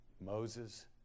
Moses